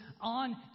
on